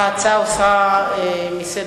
ההצעה הוסרה מסדר-היום.